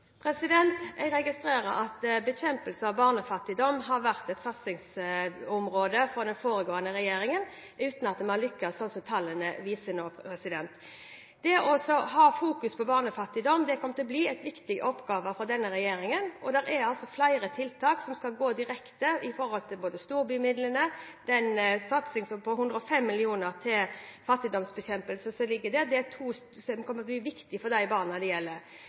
barn? Jeg registrerer at bekjempelse av barnefattigdom har vært et satsingsområde for den foregående regjeringen uten at man har lyktes, slik tallene nå viser. Det å ha fokus på barnefattigdom kommer til å bli en viktig oppgave for denne regjeringen. Flere tiltak skal gå direkte til dette, f.eks. storbymidlene og satsingen på 105 mill. kr til fattigdomsbekjempelse, som kommer til å bli viktig for de barna det gjelder.